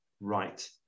right